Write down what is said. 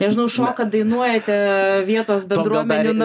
nežinau šokat dainuojate vietos bendruomenių namuose